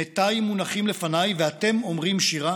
מתיי מונחים לפניי, ואתם אומרים שירה?!